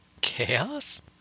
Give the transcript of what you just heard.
Chaos